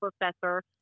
professor